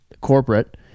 corporate